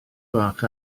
fach